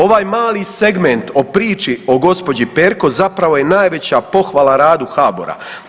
Ovaj mali segment o priči o gđi. Perko zapravo je najveća pohvala radu HBOR-a.